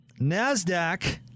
NASDAQ